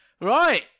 Right